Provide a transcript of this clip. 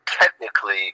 technically